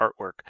artwork